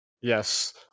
Yes